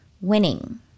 Winning